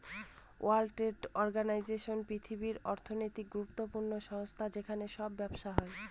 world Trade Organization পৃথিবীর অর্থনৈতিক গুরুত্বপূর্ণ সংস্থা যেখানে সব ব্যবসা হয়